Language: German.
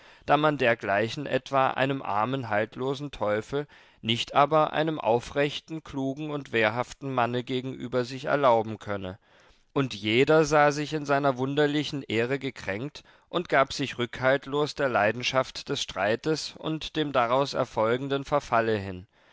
da man dergleichen etwa einem armen haltlosen teufel nicht aber einem aufrechten klugen und wehrhaften manne gegenüber sich erlauben könne und jeher sah sich in seiner wunderlichen ehre gekränkt und gab sich rückhaltlos der leidenschaft des streites und dem daraus erfolgenden verfalle hin